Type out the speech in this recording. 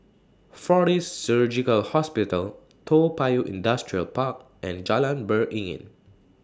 Fortis Surgical Hospital Toa Payoh Industrial Park and Jalan Beringin